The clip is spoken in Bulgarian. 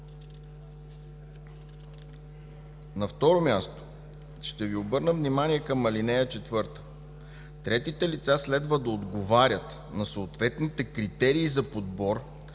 На второ място, ще Ви обърна внимание на ал. 4. Третите лица следва да отговарят на съответните критерии за подбор,